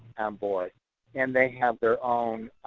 but and they have their own